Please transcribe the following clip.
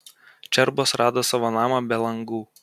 čerbos rado savo namą be langų